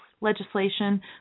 legislation